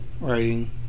writing